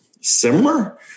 similar